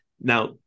Now